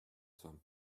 some